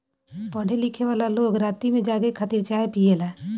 पढ़े लिखेवाला लोग राती में जागे खातिर चाय पियेला